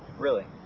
really?